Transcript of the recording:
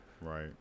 Right